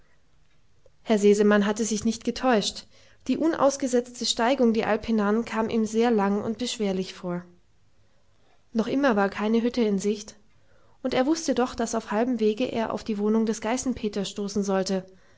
herr sesemann hatte sich nicht getäuscht die unausgesetzte steigung die alp hinan kam ihm sehr lang und beschwerlich vor noch immer war keine hütte in sicht und er wußte doch daß auf halbem wege er auf die wohnung des geißenpeter stoßen sollte